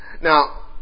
Now